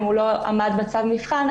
אם הוא לא עמד בצו המבחן,